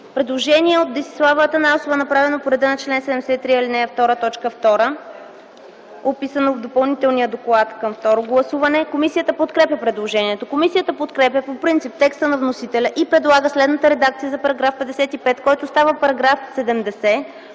представител Десислава Атанасова, направено по реда на чл. 73, ал. 2, т. 2, описано в Допълнителния доклад за второ гласуване. Комисията подкрепя предложението. Комисията подкрепя по принцип текста на вносителя и предлага следната редакция за § 55, който става § 70